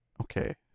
Okay